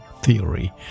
Theory